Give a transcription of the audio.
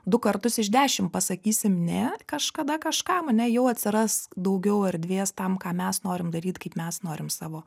du kartus iš dešim pasakysim ne kažkada kažkam ane jau atsiras daugiau erdvės tam ką mes norim daryt kaip mes norim savo